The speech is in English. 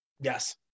Yes